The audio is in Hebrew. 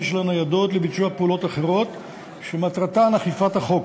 של הניידות לביצוע פעולות אחרות שמטרתן אכיפת החוק.